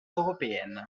européenne